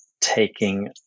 taking